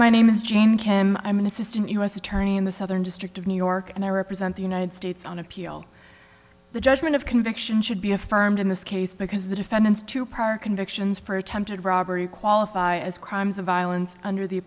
my name is james kim i'm an assistant u s attorney in the southern district of new york and i represent the united states on appeal the judgment of conviction should be affirmed in this case because the defendant's two prior convictions for attempted robbery qualify as crimes of violence under the